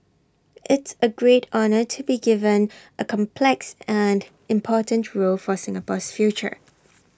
it's A great honour to be given A complex and important role for Singapore's future